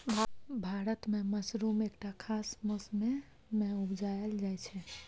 भारत मे मसरुम एकटा खास मौसमे मे उपजाएल जाइ छै